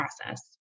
process